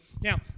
Now